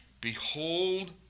Behold